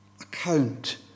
account